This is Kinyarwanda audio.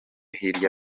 hirya